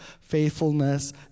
faithfulness